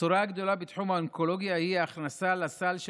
הבשורה הגדולה בתחום האונקולוגיה היא ההכנסה לסל של